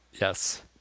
Yes